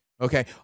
Okay